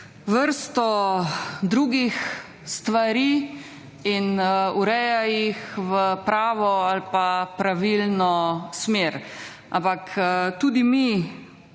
vrsto drugih stvari in ureja jih v pravo ali pa pravilno smer. Ampak tudi mi